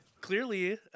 Clearly